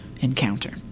encounter